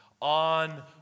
on